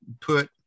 put